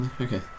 Okay